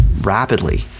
rapidly